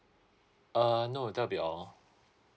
uh no that will be all